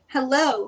Hello